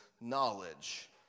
knowledge